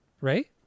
Right